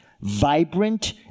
vibrant